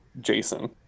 Jason